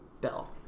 Bill